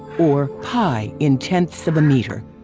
or, pi in ten ths of a meter.